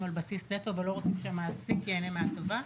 על בסיס נטו ולא רוצים שהמעסיק ייהנה מההטבה.